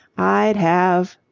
i'd have.